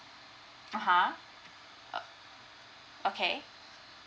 (uh huh) uh okay